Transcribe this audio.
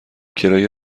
کرایه